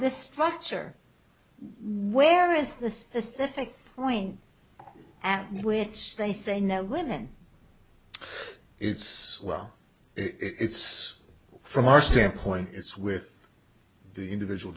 this structure where is the specific point at which they say no women it's well it's from our standpoint it's with the individual